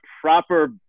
proper